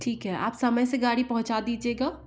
ठीक है आप समय से गाड़ी पहुँचा दीजिएगा